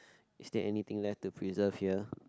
is there anything left to preserve here